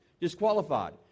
Disqualified